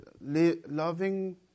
loving